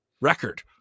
record